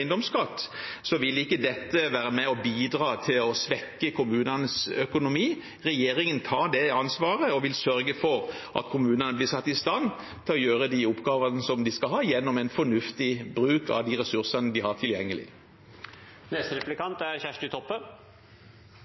forventes. Så vi tror at selv om det er en endring i promillen med hensyn til eiendomsskatt, vil ikke dette være med og bidra til å svekke kommunenes økonomi. Regjeringen tar det ansvaret og vil sørge for at kommunene blir satt i stand til å gjøre de oppgavene som de skal ha, gjennom en fornuftig bruk av de ressursene de har tilgjengelig.